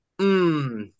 Mmm